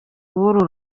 w’uru